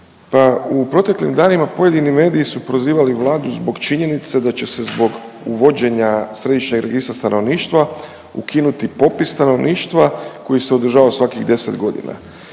u proteklim danima pojedini mediji su prozivali Vladu zbog činjenice da će se zbog uvođenja Središnjeg registra stanovništva ukinuti popis stanovništva koji se održava svakih 10 godina.